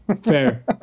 fair